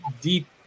deep